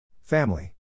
Family